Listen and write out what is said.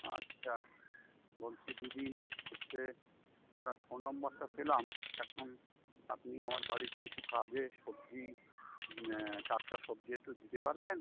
আচ্ছা বলছি দিদি হচ্ছে আপনার ফোন নম্বরটা পেলাম এখন আপনি আমার বাড়ির কিছু কাজে সবজি টাটকা সবজি একটু দিতে পারবেন